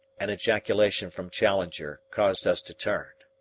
an ejaculation from challenger caused us to turn.